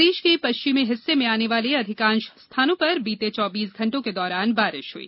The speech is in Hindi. प्रदेश के पश्चिमी हिस्से में आने वाले अधिकांश स्थानों पर बीते चौबीस घंटों के दौरान बारिश हुई